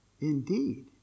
Indeed